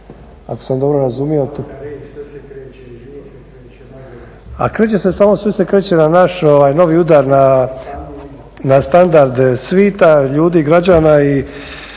sa strane, ne čuje se./… A kreće se, samo sve se kreće na naš novi udar na standard svita, ljudi, građana i